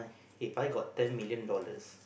If I got ten million dollars